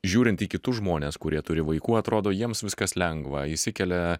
žiūrint į kitus žmones kurie turi vaikų atrodo jiems viskas lengva įkelia